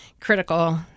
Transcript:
critical